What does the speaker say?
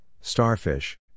starfish